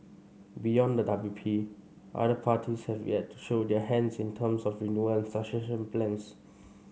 beyond the W P other parties have yet to show their hands in terms of renewal and succession plans